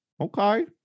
Okay